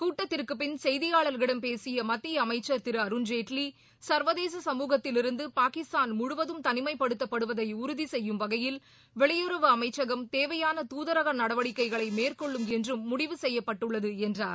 கூட்டத்திற்கு பின் செய்தியாளர்களிடம் பேசிய மத்திய அமைச்சள் திரு அருண் ஜேட்லி சா்வதேச சமூகத்திலிருந்து பாகிஸ்தான் முழுவதும் தனிமைப்படுத்தப் படுவதை உறுதிசெய்யும் வகையில் வெளியுறவு அமைச்சகம் தேவையான தூதரக நடவடிக்கைகளை மேற்கொள்ளும் என்றும் முடிவு செய்யப்பட்டுள்ளது என்றார்